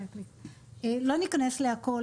לא ניכנס לכל,